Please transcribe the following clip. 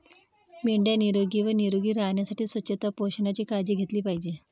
मेंढ्या निरोगी व निरोगी राहण्यासाठी स्वच्छता व पोषणाची काळजी घेतली पाहिजे